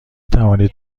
توانید